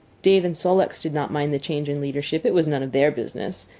dave and sol-leks did not mind the change in leadership. it was none of their business.